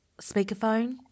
speakerphone